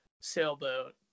sailboat